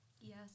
Yes